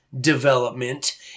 development